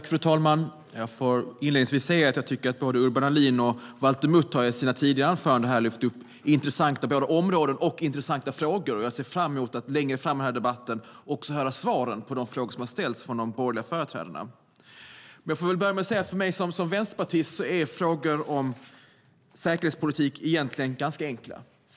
Fru talman! Både Urban Ahlin och Valter Mutt har i sina anföranden lyft upp intressanta områden och intressanta frågor. Jag ser fram mot att längre fram i debatten från de borgerliga företrädarna få höra svaren på de frågor som har ställts. För mig som vänsterpartist är frågor om säkerhetspolitik ganska enkla.